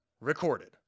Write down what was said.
recorded